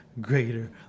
greater